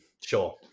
sure